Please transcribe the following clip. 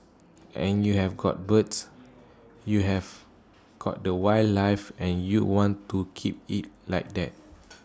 and you have got birds you have got the wildlife and you want to keep IT like that